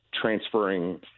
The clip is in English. transferring